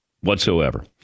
Whatsoever